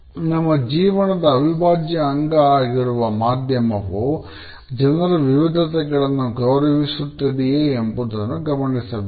ನಮ್ಮ ಜೀವನದ ಅವಿಭಾಜ್ಯ ಅಂಗ ಆಗಿರುವಾ ಮಾಧ್ಯಮವು ಜನರ ವಿವಿಧತೆಗಳನ್ನು ಗೌರವಿಸುತ್ತದೆಯೇ ಎಂಬುದನ್ನು ಗಮನಿಸಬೇಕು